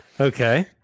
okay